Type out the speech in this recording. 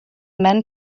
men